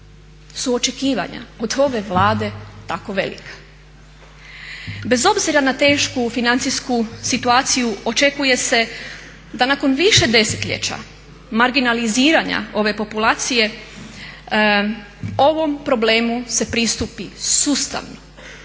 su očekivanja od ove Vlade tako velika. Bez obzira na tešku financijsku situaciju očekuje se da nakon više desetljeća marginaliziranja ove populacije ovom problemu se pristupi sustavno,